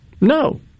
No